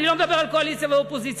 אני לא מדבר על קואליציה ואופוזיציה,